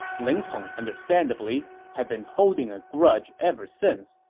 ling tong, understandably, had been holding a grudge ever since,